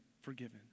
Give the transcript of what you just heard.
forgiven